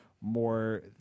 more